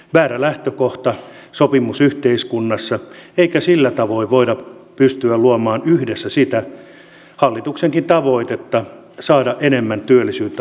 väärä lähtökohta sopimusyhteiskunnassa eikä sillä tavoin voida pystyä luomaan yhdessä sitä hallituksenkin tavoitetta saada enemmän työllisyyttä aikaiseksi